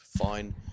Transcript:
fine